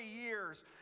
years